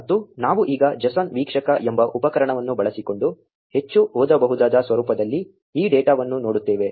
ಮತ್ತು ನಾವು ಈಗ json ವೀಕ್ಷಕ ಎಂಬ ಉಪಕರಣವನ್ನು ಬಳಸಿಕೊಂಡು ಹೆಚ್ಚು ಓದಬಹುದಾದ ಸ್ವರೂಪದಲ್ಲಿ ಈ ಡೇಟಾವನ್ನು ನೋಡುತ್ತೇವೆ